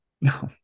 No